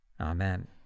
Amen